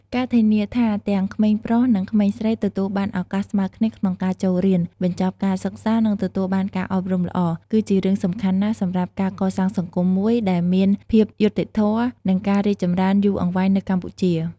ការធានាថាទាំងក្មេងប្រុស និងក្មេងស្រីទទួលបានឱកាសស្មើគ្នាក្នុងការចូលរៀន បញ្ចប់ការសិក្សា និងទទួលបានការអប់រំល្អ គឺជារឿងសំខាន់ណាស់សម្រាប់ការកសាងសង្គមមួយដែលមានភាពយុត្តិធម៌ និងការរីកចម្រើនយូរអង្វែងនៅកម្ពុជា។